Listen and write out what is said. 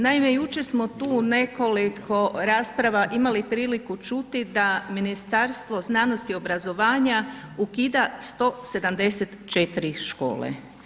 Naime, jučer smo tu nekoliko rasprava imali priliku čuti da Ministarstvo znanosti i obrazovanja ukida 174 škole.